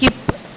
skip